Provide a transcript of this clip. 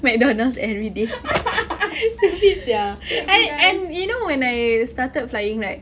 McDonald's everyday stupid sia I and you know when I started flying right